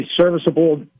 serviceable